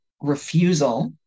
refusal